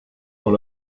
dans